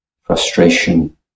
frustration